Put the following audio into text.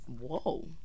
Whoa